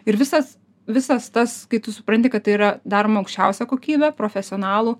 ir visas visas tas kai tu supranti kad tai yra daroma aukščiausia kokybe profesionalų